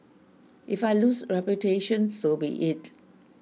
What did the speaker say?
if I lose reputation so be it